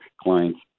clients